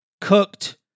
cooked